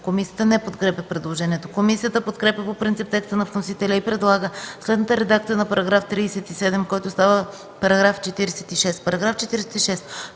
Комисията не подкрепя предложението. Комисията подкрепя по принцип текста на вносителя и предлага следната редакция на § 37, който става § 46: „§ 46.